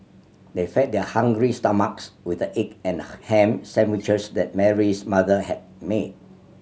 they fed their hungry stomachs with the egg and ham sandwiches that Mary's mother had made